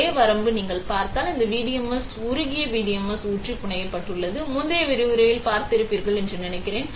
ஒரே வரம்பு நீங்கள் பார்த்தால் இந்த பிடிஎம்எஸ் உருகிய பிடிஎம்எஸ் ஊற்றி புனையப்பட்டது முந்தைய விரிவுரையில் பார்த்திருப்பீர்கள் என்று நினைக்கிறேன்